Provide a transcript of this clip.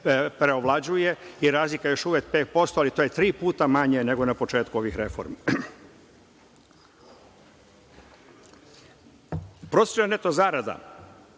preovlađuje i razlika je još uvek 5%, ali to je tri puta manje nego na početku ovih reformi. Prosečna neto zarada